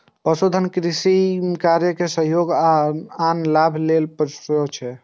पशुधन किसान कृषि कार्य मे सहयोग आ आन लाभ लेल पोसय छै